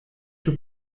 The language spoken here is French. tout